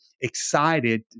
excited